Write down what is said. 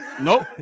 Nope